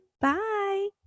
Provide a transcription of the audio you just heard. Bye